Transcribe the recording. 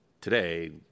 today